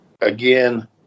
again